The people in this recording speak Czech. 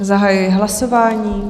Zahajuji hlasování.